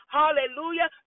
hallelujah